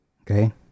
okay